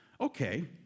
Okay